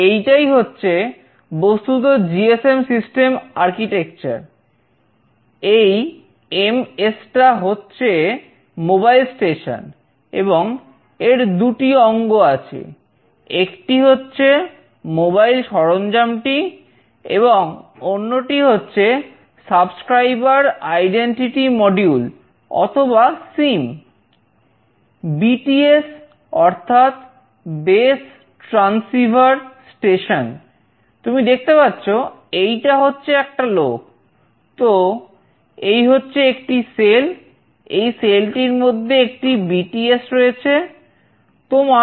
এইটাই হচ্ছে বস্তুত জিএসএম